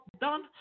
done